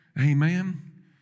Amen